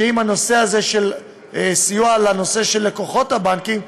שעם הנושא הזה של סיוע ללקוחות הבנקים,